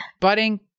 budding